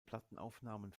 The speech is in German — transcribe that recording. plattenaufnahmen